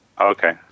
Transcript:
Okay